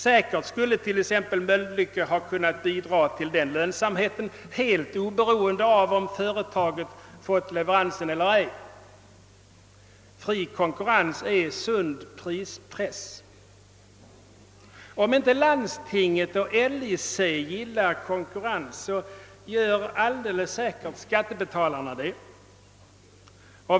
Säkerligen skulle t.ex. Mölnlycke ha kunnat bidra till lägre priser, helt oberoende av om företaget fått 1everansen eller ej. Fri konkurrens är sund prispress. Om inte landstinget och LIC gillar konkurrens gör alldeles säkert skattebetalarna det.